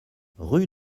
rue